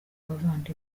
abavandimwe